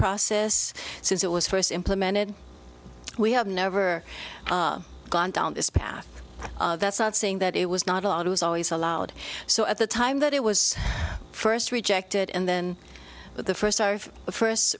process since it was first implemented we have never gone down this path that's not saying that it was not allowed it was always allowed so at the time that it was first rejected and then the first our first